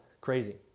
Crazy